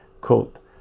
quote